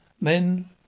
Men